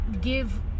give